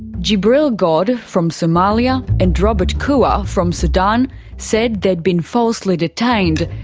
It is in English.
jibril god from somalia and robert koua from sudan said they'd been falsely detained,